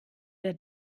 der